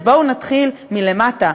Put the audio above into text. אז בואו נתחיל מלמטה,